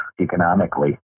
economically